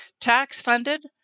Tax-funded